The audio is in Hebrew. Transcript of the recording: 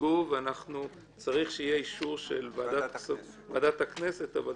והצעת חוק איסור צריכת זנות ומתן סיוע לשורדות זנות,